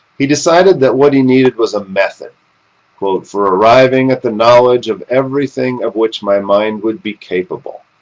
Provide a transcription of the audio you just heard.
he decided that what he needed was a method for arriving at the knowledge of everything of which my mind would be capable.